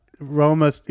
Roma